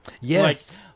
Yes